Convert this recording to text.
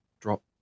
drop